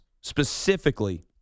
specifically